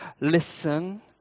listen